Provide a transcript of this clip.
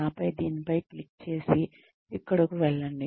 ఆపై దీనిపై క్లిక్ చేసి ఇక్కడకు వెళ్ళండి